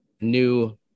new